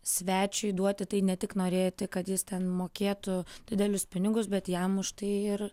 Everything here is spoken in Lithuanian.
svečiui duoti tai ne tik norėti kad jis ten mokėtų didelius pinigus bet jam už tai ir